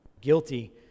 guilty